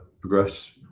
progress